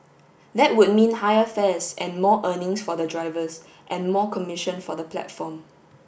that would mean higher fares and more earnings for the drivers and more commission for the platform